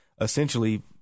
essentially